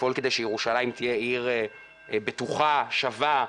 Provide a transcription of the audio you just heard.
לפעול כדי שירושלים תהיה עיר בטוחה, שווה,